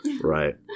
Right